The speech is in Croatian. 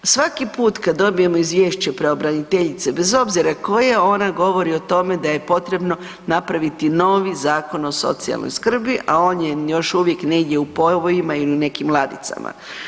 Svaki put kada dobijemo izvješće pravobraniteljice, bez obzira koje onda govori o tome da je potrebno napraviti novi Zakon o socijalnoj skrbi, a on je još uvijek negdje u povojima ili u nekim ladicama.